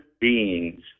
beings